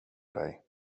dig